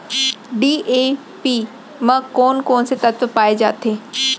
DAP म कोन कोन से तत्व पाए जाथे?